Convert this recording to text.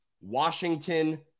Washington